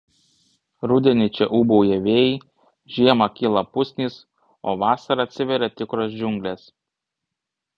rudenį čia ūbauja vėjai žiemą kyla pusnys o vasarą atsiveria tikros džiunglės